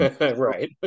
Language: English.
Right